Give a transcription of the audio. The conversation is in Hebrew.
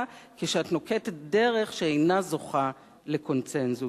כאשר את נוקטת דרך שאינה זוכה לקונסנזוס.